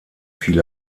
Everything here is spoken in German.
fiel